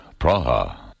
Praha